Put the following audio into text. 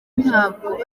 ntabwo